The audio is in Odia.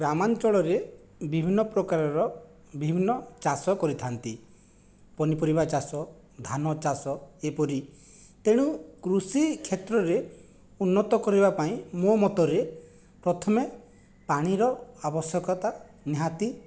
ଗ୍ରାମାଞ୍ଚଳରେ ବିଭିନ୍ନ ପ୍ରକାରର ବିଭିନ୍ନ ଚାଷ କରିଥାନ୍ତି ପନିପରିବା ଚାଷ ଧାନଚାଷ ଏପରି ତେଣୁ କୃଷି କ୍ଷେତ୍ରରେ ଉନ୍ନତ କରିବା ପାଇଁ ମୋ ମତରେ ପ୍ରଥମେ ପାଣିର ଆବଶ୍ୟକତା ନିହାତି